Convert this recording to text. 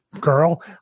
girl